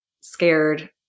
scared